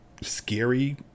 scary